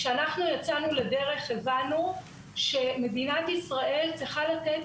כשיצאנו לדרך הבנו שמדינת ישראל צריכה לתת